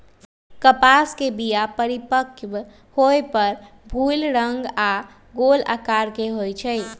कपास के बीया परिपक्व होय पर भूइल रंग आऽ गोल अकार के होइ छइ